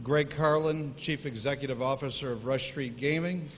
greg carlin chief executive officer of rush read gaming